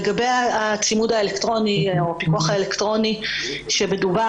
לגבי הצימוד האלקטרוני או הפיקוח האלקטרוני בו מדובר,